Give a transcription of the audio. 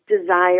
desire